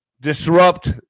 Disrupt